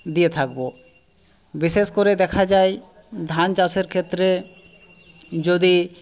দিয়ে থাকবো বিশেষ করে দেখা যায় ধান চাষের ক্ষেত্রে যদি